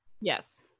Yes